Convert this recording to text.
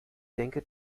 denke